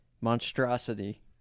monstrosity